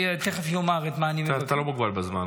תכף אני אומר את מה אני מבקש --- אתה לא מוגבל בזמן,